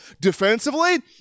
defensively